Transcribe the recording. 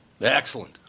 Excellent